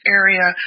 area